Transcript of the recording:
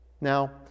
Now